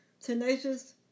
Tenacious